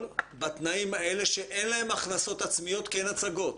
בתנאים האלה שאין להם הכנסות עצמיות כי אין להם הצגות?